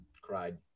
cried